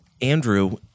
Andrew